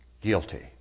Guilty